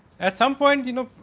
at some point you know,